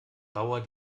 bauer